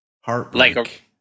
heartbreak